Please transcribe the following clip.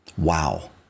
Wow